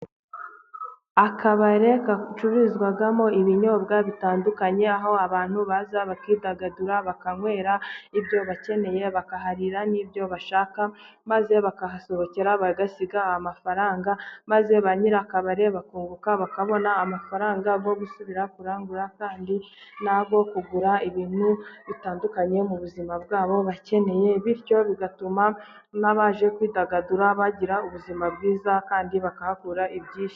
Akabari kacuruzwamo ibinyobwa bitandukanye, aho abantu baza bakidagadura bakanywera ibyo bakeneye, bakaharira n'ibyo bashaka maze bakahasohokera, bagasiga amafaranga maze ba nyirikabare bakunguka bakabona amafaranga bo gusubira kurangura kandi nabo bakagura ibintu bitandukanye mu buzima bwabo bakeneye, bityo bigatuma n'abaje kwidagadura bagira ubuzima bwiza kandi bakahakura ibyishimo.